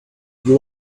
you